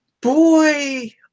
boy